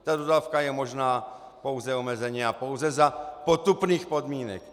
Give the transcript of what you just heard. Ta dodávka je možná pouze omezeně a pouze za potupných podmínek.